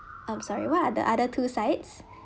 I'm sorry what are the other two sides